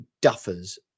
duffers